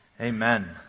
Amen